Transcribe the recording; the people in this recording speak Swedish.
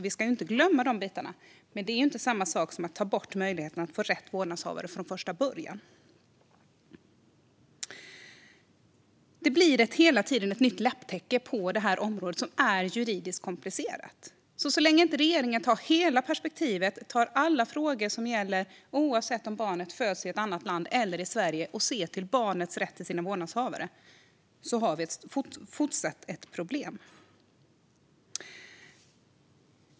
Vi ska inte glömma de bitarna, men det är inte samma sak som att ta bort möjligheten att få rätt vårdnadshavare från första början. Det blir hela tiden ett lapptäcke på det här området, som är juridiskt komplicerat. Så länge inte regeringen tar in hela perspektivet och tar sig an alla frågor om vad som gäller, oavsett om barnet föds i ett annat land eller i Sverige, och ser till barnets rätt till sina vårdnadshavare har vi fortsatt ett problem.